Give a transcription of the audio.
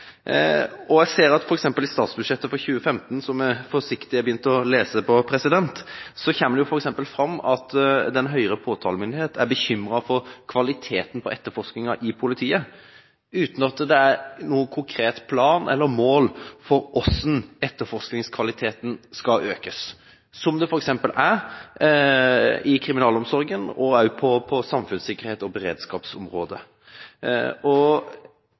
Jeg ser at i statsbudsjettet for 2015, som jeg forsiktig har begynt å lese på, kommer det f.eks. fram at den høyere påtalemyndigheten er bekymret for kvaliteten på etterforskninga i politiet – uten at det er noen konkret plan, eller mål, for hvordan etterforskningskvaliteten skal økes, slik det f.eks. er i kriminalomsorgen og på samfunnssikkerhets- og beredskapsområdet.